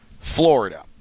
Florida